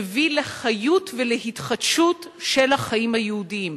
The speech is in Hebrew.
מביא לחיות ולהתחדשות של החיים היהודיים.